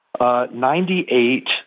Ninety-eight